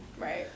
Right